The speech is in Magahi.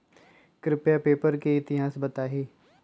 कृपया पेपर के इतिहास बताहीं